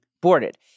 boarded